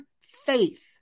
faith